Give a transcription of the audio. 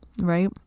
Right